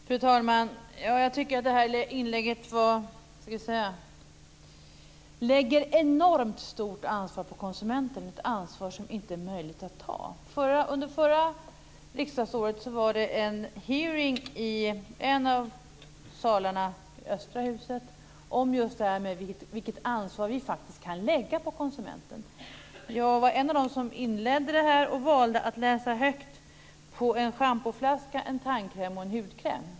Fru talman! Jag tycker att Berit Adolfsson i det här inlägget lägger enormt stort ansvar på konsumenten, ett ansvar som inte är möjligt att ta. Under förra riksdagsåret var det en hearing i en av salarna i östra huset just om vilket ansvar vi faktiskt kan lägga på konsumenten. Jag var en av dem som inledde och valde då att läsa högt från en schampoflaska, en tandkräm och en hudkräm.